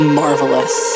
marvelous